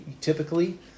typically